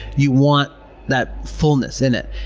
you want that fullness in it.